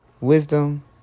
Wisdom